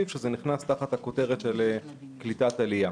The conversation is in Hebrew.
שזה נכנסת תחת הכותרת של קליטת עלייה.